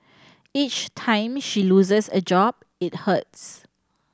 each time she loses a job it hurts